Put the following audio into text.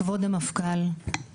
כבוד המפכ"ל,